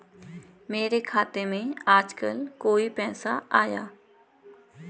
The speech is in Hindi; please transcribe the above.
मेरे खाते में आजकल कोई पैसा आया?